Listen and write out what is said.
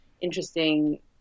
interesting